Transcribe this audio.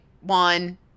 one